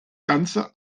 ganze